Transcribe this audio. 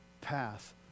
path